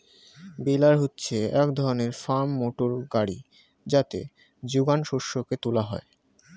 বেলার হচ্ছে এক ধরনের ফার্ম মোটর গাড়ি যাতে যোগান শস্যকে তোলা হয়